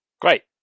Great